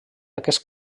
aquest